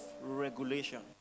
regulation